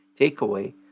Takeaway